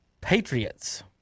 Patriots